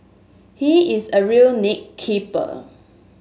he is a real nit keeper